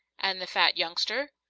and the fat youngster?